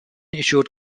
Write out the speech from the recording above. issued